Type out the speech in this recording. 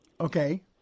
Okay